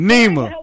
Nima